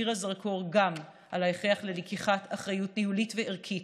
והאיר הזרקור גם על ההכרח ללקיחת אחריות ניהולית וערכית,